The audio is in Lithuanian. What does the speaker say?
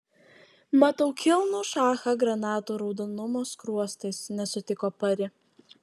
matau kilnų šachą granatų raudonumo skruostais nesutiko pari